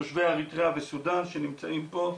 מסתננים, תושבי אריתריאה וסודן שנמצאים פה.